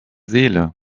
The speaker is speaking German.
seele